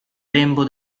lembo